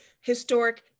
historic